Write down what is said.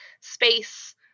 space